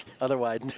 otherwise